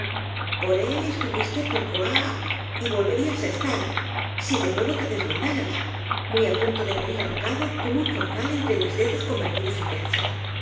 por él estuviste poco há y volve rías á estar si de nuevo te desmandaras muy á punto de morir ahorcado como un zorzal entre mis dedos convertidos en percha